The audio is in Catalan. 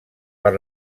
per